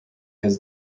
his